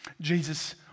Jesus